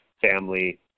family